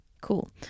Cool